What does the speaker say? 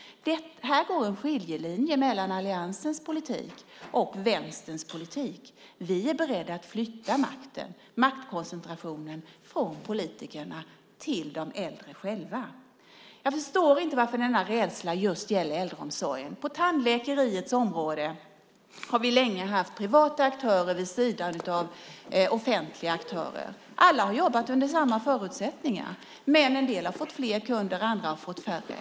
Här går en skiljelinje mellan alliansens politik och vänsterns politik. Vi är beredda att flytta maktkoncentrationen från politikerna till de äldre själva. Jag förstår inte varför denna rädsla gäller just äldreomsorgen. På tandläkeriets område har vi länge haft privata aktörer vid sidan av offentliga. Alla har jobbat under samma förutsättningar, men en del har fått fler kunder och andra har fått färre.